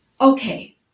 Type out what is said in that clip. Okay